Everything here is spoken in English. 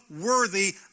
worthy